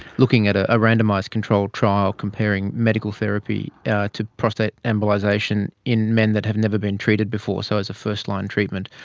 looking at a randomised controlled trial comparing medical therapy to prostate embolisation in men that have never been treated before, so as a first-line treatment.